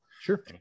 sure